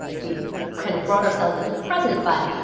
and we kind of brought ourselves into the present. but,